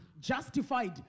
justified